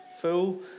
full